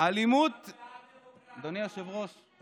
בעד הכיבוש וגם בעד דמוקרטיה.